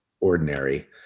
ordinary